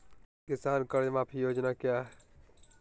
किसान कर्ज माफी योजना क्या है?